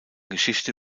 geschichte